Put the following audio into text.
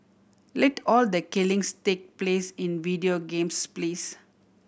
let all the killings take place in video games please